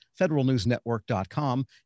federalnewsnetwork.com